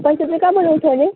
पैसा चाहिँ कहाँबाट उठाउने